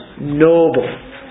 Noble